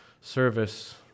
service